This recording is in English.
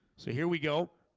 so, here we go